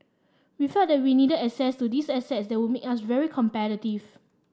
we felt that we needed access to these assets that would make us very competitive